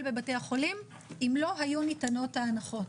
בבתי החולים אם לא היו ניתנות ההנחות.